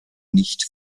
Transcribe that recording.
nicht